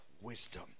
wisdom